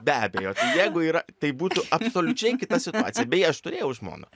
be abejo jeigu yra tai būtų absoliučiai kita situacija beje aš turėjau žmoną